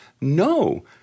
no